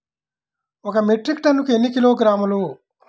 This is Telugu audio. ఒక మెట్రిక్ టన్నుకు ఎన్ని కిలోగ్రాములు?